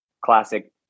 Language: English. classic